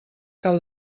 cau